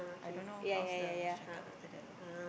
I don't know how's the check up after that lor